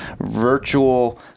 virtual